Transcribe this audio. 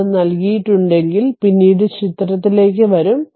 അത് നൽകിയിട്ടുണ്ടെങ്കിൽ പിന്നീട് ചിത്രത്തിലേക്ക് വരും